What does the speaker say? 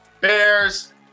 BEARS